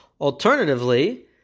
Alternatively